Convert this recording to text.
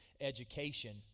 education